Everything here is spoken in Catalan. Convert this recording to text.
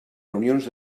reunions